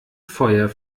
feuer